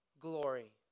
glory